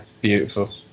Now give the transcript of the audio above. beautiful